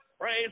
praise